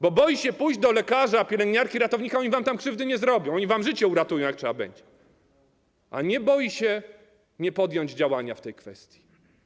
Bo boi się pójść do lekarza, pielęgniarki, ratownika - oni wam tam krzywdy nie zrobią, oni wam życie uratują, jak trzeba będzie - a nie boi się nie podjąć działania w tej kwestii.